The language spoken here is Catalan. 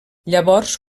llavors